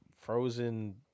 frozen